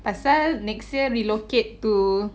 pasal next year relocate to